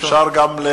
אפשר גם,